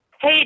Hey